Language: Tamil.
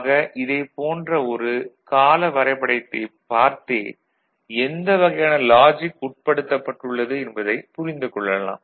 ஆக இதைப் போன்ற ஒரு கால வரைபடத்தைப் பார்த்தே எந்த வகையான லாஜிக் உட்படுத்தப்பட்டுள்ளது என்பதைப் புரிந்து கொள்ளலாம்